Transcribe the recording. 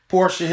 Porsche